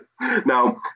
Now